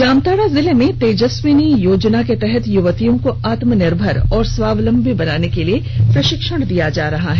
जामताड़ा जिले में तेजस्विनी योजना के तहत युवतियों को आत्मनिर्भर और स्वावलंबी बनाने के लिए प्रशिक्षण दिया जा रहा है